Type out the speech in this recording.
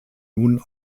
nun